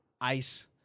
ice